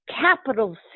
capital